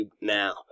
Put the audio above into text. now